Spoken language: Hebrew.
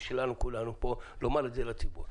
ושל כולנו פה לומר את זה לציבור.